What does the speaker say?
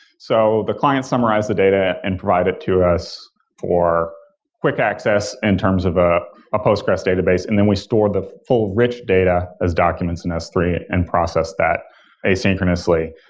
so the client summarize the data and provided to us for quick access in terms of a ah postgres database and then we store the full rich data as documents in s three and process that asynchronously.